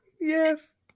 Yes